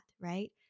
right